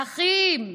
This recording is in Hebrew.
אחים,